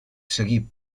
seguir